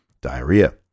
diarrhea